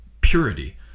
purity